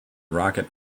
rocket